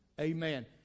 Amen